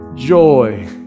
joy